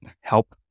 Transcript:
help